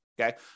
okay